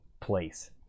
place